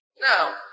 Now